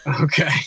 Okay